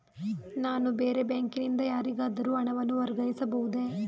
ನಾನು ಬೇರೆ ಬ್ಯಾಂಕಿನಿಂದ ಯಾರಿಗಾದರೂ ಹಣವನ್ನು ವರ್ಗಾಯಿಸಬಹುದೇ?